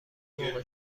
موقع